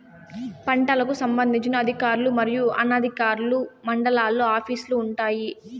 పంటలకు సంబంధించిన అధికారులు మరియు అనధికారులు మండలాల్లో ఆఫీస్ లు వుంటాయి?